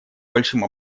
большим